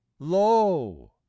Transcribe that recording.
Lo